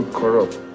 corrupt